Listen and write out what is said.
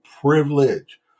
privilege